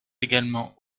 également